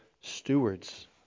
stewards